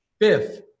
fifth